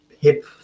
hip-